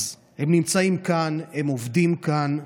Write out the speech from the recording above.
אז הם נמצאים כאן, הם עובדים כאן.